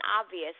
obvious